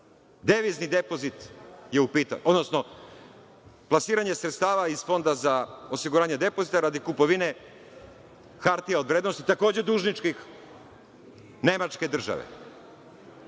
devizni depozit je u pitanju, odnosno plasiranje sredstava iz Fonda za osiguranje depozita radi kupovine hartije od vrednosti, takođe dužničke nemačke države. Vi